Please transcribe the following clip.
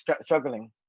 struggling